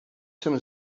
jsem